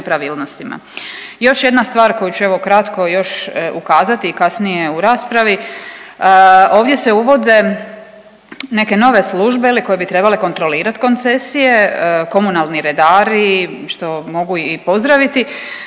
nepravilnostima. Još jedna stvar koju ću evo kratko još ukazati i kasnije u raspravi. Ovdje se uvode neke nove službe je li koje bi trebale kontrolirat koncesije, komunalni redari, što mogu i pozdraviti,